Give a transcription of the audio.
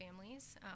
families